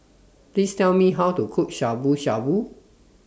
Please Tell Me How to Cook Shabu Shabu